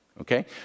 Okay